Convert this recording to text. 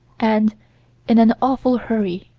and in an awful hurry.